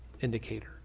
indicator